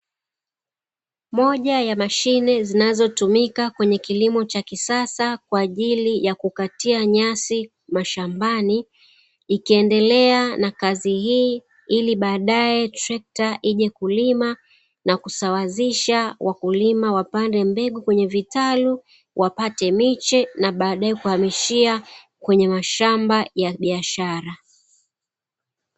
Moja ya mashine zinazotumika kwenye kilimo cha kisasa kwa ajili ya kukatia nyasi mashambani, ikiendelea na kazi hii ili baadae trekta ije kulima na kusawazisha, wakulima wapande mbegu kwenye vitalu, wapate miche, na baadae kuhamishia kwenye mashamba ya biashara.